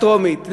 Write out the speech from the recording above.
לקריאה טרומית,